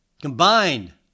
combined